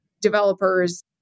developers